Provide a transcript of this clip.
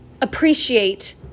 appreciate